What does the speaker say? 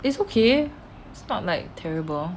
it's okay it's not like terrible